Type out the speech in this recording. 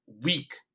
weak